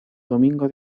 domingo